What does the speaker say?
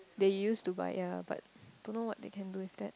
they use to buy yea but don't know what they can do with that